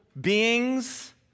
beings